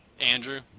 Andrew